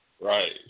Right